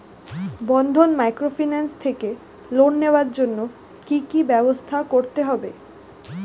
বন্ধন microfinance থেকে loan নেওয়ার জন্য কি কি ব্যবস্থা করতে হবে?